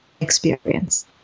Experience